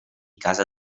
casa